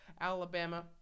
Alabama